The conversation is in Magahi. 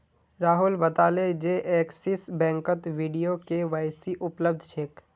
राहुल बताले जे एक्सिस बैंकत वीडियो के.वाई.सी उपलब्ध छेक